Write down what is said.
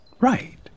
right